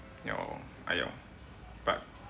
orh !aiyo! but